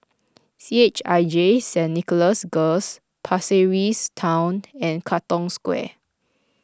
C H I J Saint Nicholas Girls Pasir Ris Town and Katong Square